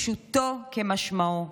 פשוטו כמשמעו.